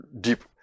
deep